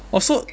orh so